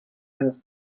tennis